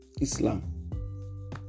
Islam